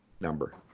number